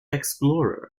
explorer